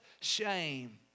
shame